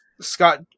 scott